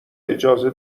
اجازه